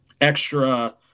extra